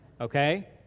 Okay